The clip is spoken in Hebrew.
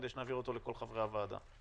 כדי שנעביר אותו לכל חברי הוועדה.